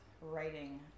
writing